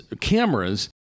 cameras